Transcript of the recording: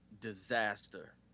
Disaster